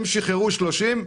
הם שחררו 30 אלף,